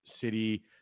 city